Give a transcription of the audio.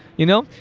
you know